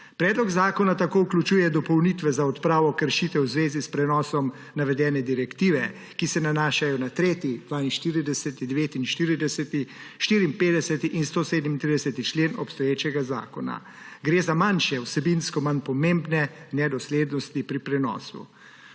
Predlog zakona tako vključuje dopolnitve za odpravo kršitev v zvezi s prenosom navedene direktive, ki se nanašajo na 3., 42., 49., 54. in 137. člen obstoječega zakona. Gre za manjše, vsebinsko manj pomembne nedoslednosti pri prenosu.